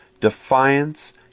defiance